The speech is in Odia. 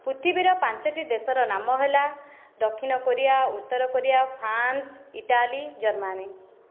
ପୃଥିବୀର ପାଞ୍ଚଟି ଦେଶର ନାମ ହେଲା ଦକ୍ଷିଣ କୋରିଆ ଉତ୍ତର କୋରିଆ ଫ୍ରାନ୍ସ ଇଟାଲୀ ଜର୍ମାନୀ